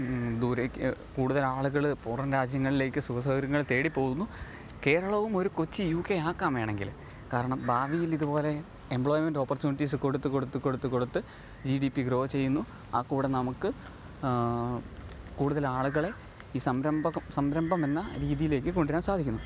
ദൂരേക്ക് കൂടുതൽ ആളുകൾ പുറം രാജ്യങ്ങളിലേക്കു സുഖസൗകര്യങ്ങൾ തേടി പോകുന്നു കേരളവും ഒരു കൊച്ചു യൂ കെ ആക്കാം വേണമെങ്കിൽ കാരണം ഭാവിയിൽ ഇതുപോലെ എംപ്ലോയ്മെൻറ്റ് ഓപ്പോർചുണിറ്റീസ് കൊടുത്തു കൊടുത്തു കൊടുത്തു കൊടുത്ത് ജി ഡി പി ഗ്രോ ചെയ്യുന്നു അതു കൂടി നമുക്ക് കൂടുതൽ ആളുകളെ ഈ സംരംഭഗം സംരംഭമെന്ന രീതിയിലേക്കു കൊണ്ടു വരാൻ സാധിക്കുന്നു